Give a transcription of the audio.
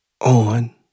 on